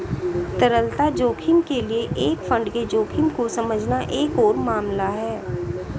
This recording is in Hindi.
तरलता जोखिम के लिए एक फंड के जोखिम को समझना एक और मामला है